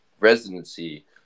residency